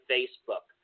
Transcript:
Facebook